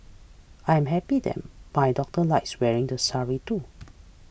I am happy that my daughter likes wearing the sari too